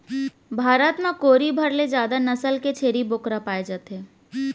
भारत म कोरी भर ले जादा नसल के छेरी बोकरा पाए जाथे